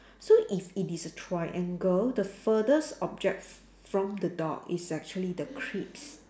so if it is a triangle the furthest object from the dog is actually the crisps